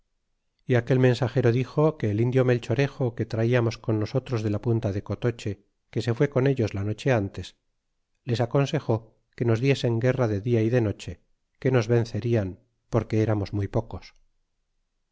y aquel mensagero dixo que el indio melchorejo que traiamos con nosotros de la punta de cotoche que se fué ellos la noche antes les aconsejó que nos diesen guerra de dia y de noche que nos vencerian porque eramos muy pocos